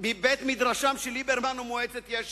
מבית-מדרשם של ליברמן ומועצת יש"ע.